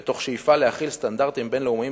ומתוך שאיפה להחיל סטנדרטים בין-לאומיים